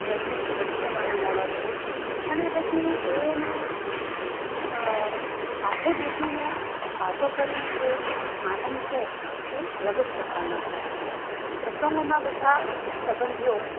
ભેટી ભેટીને તમે મળો છો અને પછી એને સાથે બેસીને વાતો કરીને જે આનંદ છે એ અલગ જ પ્રકારનો છે પ્રસંગોમાં બધા સબંધીઓ